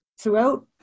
throughout